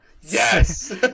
Yes